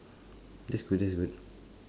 that's good that's good